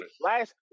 last